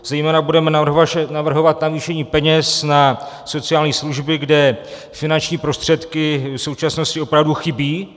Zejména budeme navrhovat navýšení peněz na sociální služby, kde finanční prostředky v současnosti opravdu chybí.